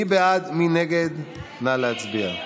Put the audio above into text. בבקשה,